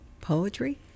poetry